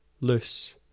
loose